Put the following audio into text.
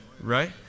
Right